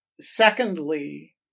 Secondly